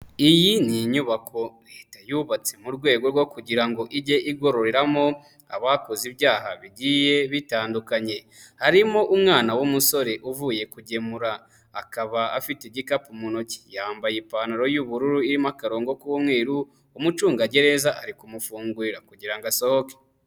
Iyi ni inyubako Leta yubatse mu rwego rwo kugira ngo ijye igororeramo abakoze ibyaha bigiye bitandukanye, harimo umwana w'umusore uvuye kugemura akaba afite igikapu mu ntoki, yambaye ipantaro y'ubururu irimo akarongo k'umweru, umucungagereza ari kumufungurira kugira ngo asohoke